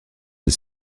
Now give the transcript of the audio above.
des